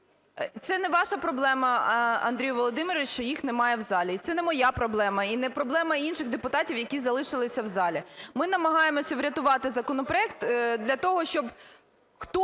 Це не ваша проблема, Андрію Володимировичу, що їх немає в залі. Це не моя проблема і не проблема інших депутатів, які залишилися в залі. Ми намагаємось врятувати законопроект для того, щоб